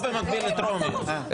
לא במקביל לטרומיות,